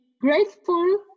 grateful